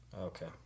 Okay